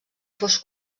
fos